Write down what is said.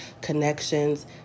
connections